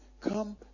Come